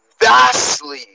vastly